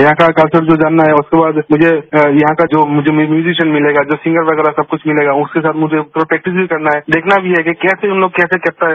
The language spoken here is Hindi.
यहां का कार्यक्रम जो जानना है उसके बाद मुझे यहां का जो म्यूजियशन मिलेगा जो सिंगर वगैरह मिलेगा उसके साथ मुझे प्रैक्टिस करना है देखना भी है कि उनलोग केसे करता है